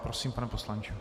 Prosím, pane poslanče.